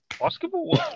Basketball